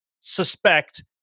suspect